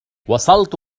وصلت